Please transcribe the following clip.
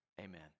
Amen